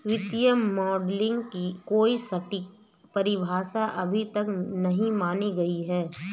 वित्तीय मॉडलिंग की कोई सटीक परिभाषा अभी तक नहीं मानी गयी है